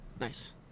Nice